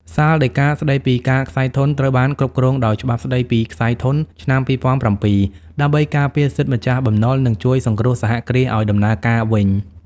សាលដីកាស្ដីពីការក្ស័យធនត្រូវបានគ្រប់គ្រងដោយច្បាប់ស្ដីពីការក្ស័យធនឆ្នាំ ២០០៧ ដើម្បីការពារសិទ្ធិម្ចាស់បំណុល និងជួយសង្គ្រោះសហគ្រាសឱ្យដំណើរការវិញ។